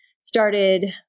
started